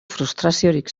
frustraziorik